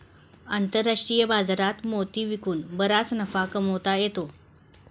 आंतरराष्ट्रीय बाजारात मोती विकून बराच नफा कमावता येतो